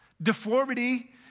Deformity